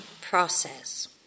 process